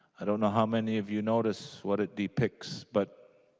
i don't know how many of you notice what it depicts but